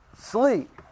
sleep